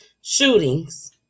shootings